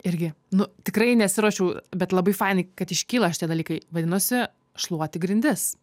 irgi nu tikrai nesiruošiau bet labai fainai kad iškyla šitie dalykai vadinosi šluoti grindis